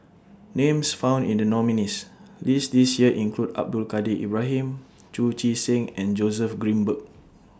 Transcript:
Names found in The nominees' list This Year include Abdul Kadir Ibrahim Chu Chee Seng and Joseph Grimberg